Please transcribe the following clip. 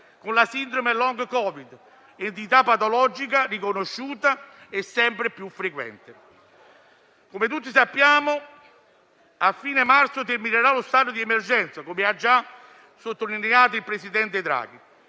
con la sindrome *long* Covid, entità patologica riconosciuta e sempre più frequente. Come tutti sappiamo, a fine marzo terminerà lo stato d'emergenza, come ha già sottolineato il presidente Draghi.